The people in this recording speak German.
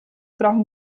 brauchen